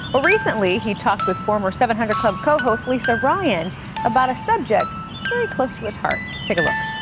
ah recently he talked with former seven hundred club co-host lisa ryan about a subject very close to his heart. take a look.